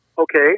Okay